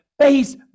face